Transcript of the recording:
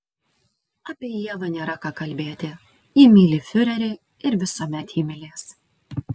apie ievą nėra ką kalbėti ji myli fiurerį ir visuomet jį mylės